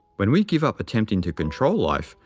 when we give up attempting to control life,